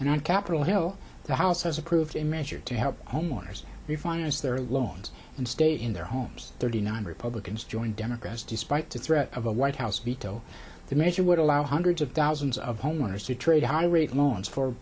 and on cap well hill the house has approved a measure to help homeowners refinance their loans and stay in their homes thirty nine republicans joined democrats despite the threat of a white house veto the measure would allow hundreds of thousands of homeowners to trade a high rate loans for